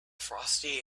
frosty